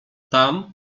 tam